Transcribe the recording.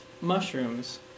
mushrooms